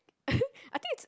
I think it's